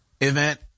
event